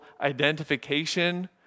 identification